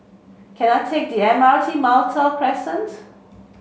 can I take the M R T Malta Crescent